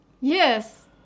Yes